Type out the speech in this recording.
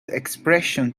expression